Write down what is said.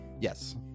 Yes